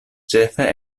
ĉefe